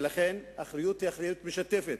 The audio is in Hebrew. ולכן האחריות היא אחריות משותפת,